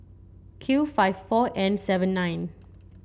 Q five four N seven nine